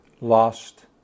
lost